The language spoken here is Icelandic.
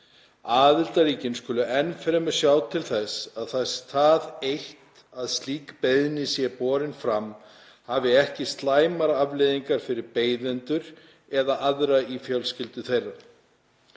Aðildarríki skulu enn fremur sjá til þess að það eitt að slík beiðni sé borin fram hafi ekki slæmar afleiðingar fyrir beiðendur eða aðra í fjölskyldu þeirra.“